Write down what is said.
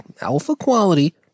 alpha-quality